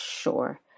sure